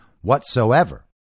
whatsoever